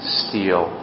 steal